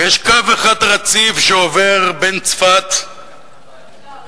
ויש קו אחד רציף שעובר בין צפת לבין